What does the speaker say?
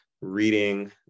reading